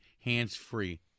hands-free